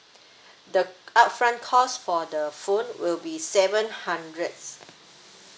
the upfront cost for the phone will be seven hundred